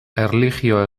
erlijio